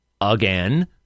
again